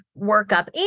workup